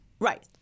Right